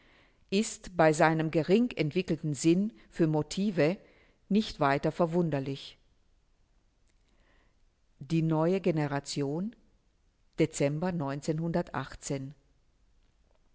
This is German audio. ist bei seinem gering entwickelten sinn für motive nicht weiter verwunderlich die neue generation dezember